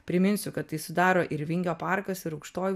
priminsiu kad tai sudaro ir vingio parkas ir aukštoji